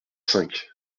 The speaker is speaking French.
cinq